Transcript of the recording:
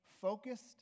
Focused